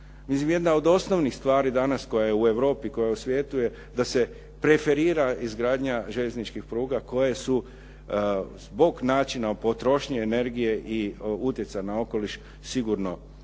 Jedna od osnovnih stvari danas koja je u Europi, koja je u svijetu da se preferira izgradnja željezničkih pruga koje su zbog načina potrošnje energije i utjecaja na okoliš sigurno povoljniji